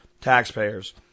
Taxpayers